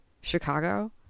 Chicago